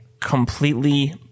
completely